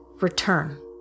return